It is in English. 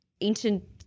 Ancient